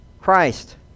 Christ